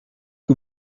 que